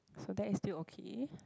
so that is still okay